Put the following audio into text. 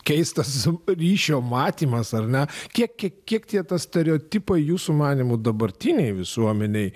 keistas ryšio matymas ar ne kiek kiek kiek tie stereotipai jūsų manymu dabartinėj visuomenėj